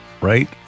right